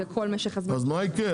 זה כל מה --- אז מה יקרה?